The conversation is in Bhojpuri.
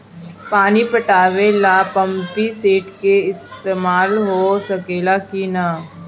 पानी पटावे ल पामपी सेट के ईसतमाल हो सकेला कि ना?